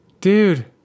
dude